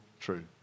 true